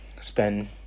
Spend